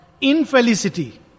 Infelicity